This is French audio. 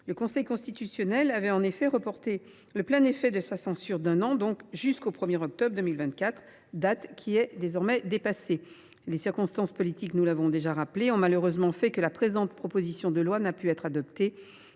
Le Conseil constitutionnel avait en effet reporté le plein effet de sa censure d’un an, jusqu’au 1 octobre 2024, date désormais passée. Les circonstances politiques ont malheureusement fait que la présente proposition de loi n’a pu être adoptée